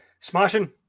Smashing